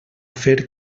fer